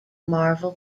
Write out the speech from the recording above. marvel